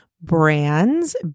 brands